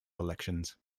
elections